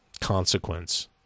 consequence